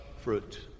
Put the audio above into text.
fruit